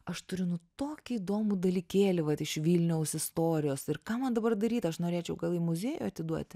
aš turiu nu tokį įdomų dalykėlį vat iš vilniaus istorijos ir ką man dabar daryt aš norėčiau gal į muziejų atiduoti